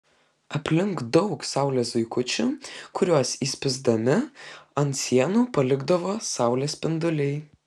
aplink daug saulės zuikučių kuriuos įspįsdami ant sienų palikdavo saulės spinduliai